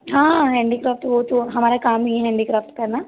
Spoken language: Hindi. हाँ हैंडीक्राफ्ट वह तो हमारा काम ही हैंडीक्राफ्ट करना